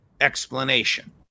explanation